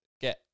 get